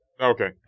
Okay